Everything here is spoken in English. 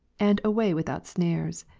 and a way without snares.